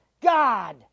God